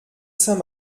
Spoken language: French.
saint